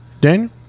Dan